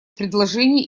предложение